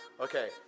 Okay